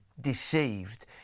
deceived